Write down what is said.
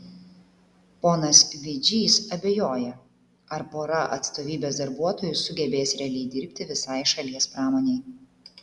ponas vidžys abejoja ar pora atstovybės darbuotojų sugebės realiai dirbti visai šalies pramonei